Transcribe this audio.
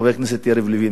חבר הכנסת יריב לוין,